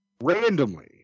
randomly